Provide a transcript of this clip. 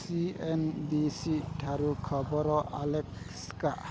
C N B C ଠାରୁ ଖବର Alexa